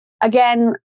Again